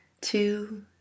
two